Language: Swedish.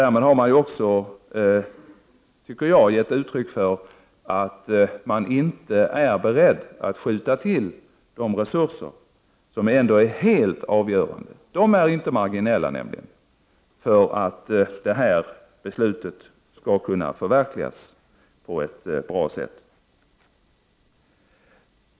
Därmed har man också, tycker jag, givit uttryck för att man inte är beredd att skjuta till de resurser som är helt avgörande, alltså inte marginella, för att det här beslutet skall kunna förverkligas på ett bra sätt.